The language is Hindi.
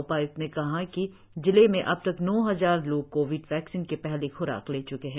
उपाय्क्त ने कहा कि जिले में अब तक नौ हजार लोग कोविड वैक्सीन की पहली ख्राक ले च्के हैं